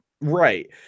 Right